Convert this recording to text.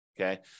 okay